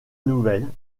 nouvelle